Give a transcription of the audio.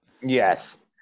yes